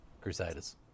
Crusaders